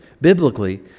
biblically